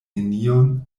nenion